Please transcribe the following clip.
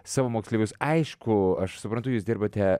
savo moksleivius aišku aš suprantu jūs dirbate